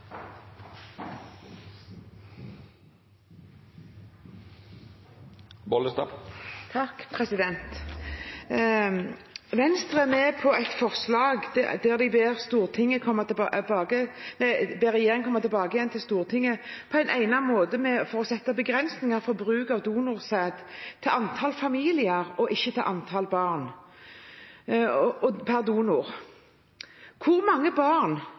Venstre er med på et forslag til vedtak der de ber «regjeringen komme tilbake til Stortinget på egnet måte for å sette begrensninger for bruk av donorsæd til antall familier per donor, ikke antall barn per donor». Hvor mange barn mener Venstre egentlig at hver enkelt donor bør kunne få? Én ting er utfordringen at det er mange barn